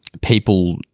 people